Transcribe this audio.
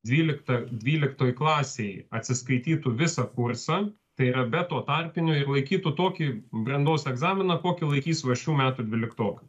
dvyliktą dvyliktoj klasėj atsiskaitytų visą kursą tai yra be to tarpinio ir laikytų tokį brandos egzaminą kokį laikys va šių metų dvyliktokai